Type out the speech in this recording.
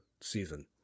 season